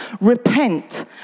repent